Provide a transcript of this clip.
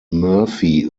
murphy